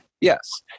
Yes